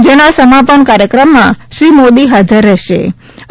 જેના સમાપન કાર્યક્રમમાં શ્રી મોદી હાજર રહેશેક